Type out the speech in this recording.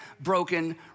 Broken